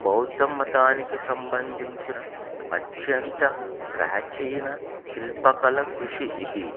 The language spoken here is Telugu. బౌద్ధ మతానికి సంబంధించిన అత్యంత ప్రాచీన శిల్పకళ కృషి ఇది